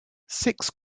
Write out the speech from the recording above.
six